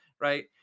right